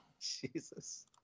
Jesus